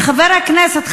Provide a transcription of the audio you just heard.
חבר הכנסת,